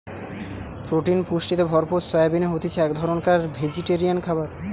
protein পুষ্টিতে ভরপুর soybean হতিছে এক ধরণকার ভেজিটেরিয়ান খাবার